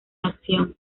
acción